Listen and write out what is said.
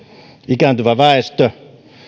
ikääntyvä väestö